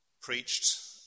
preached